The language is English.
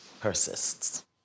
persists